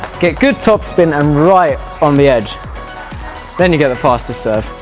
get good topspin and right on the edge then you get the fastest serve.